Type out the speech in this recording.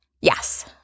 Yes